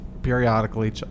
periodically